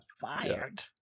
fired